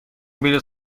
بلیط